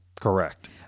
Correct